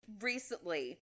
recently